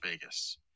Vegas